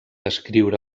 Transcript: escriure